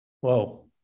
Whoa